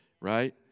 right